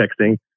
texting